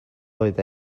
oedd